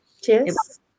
Cheers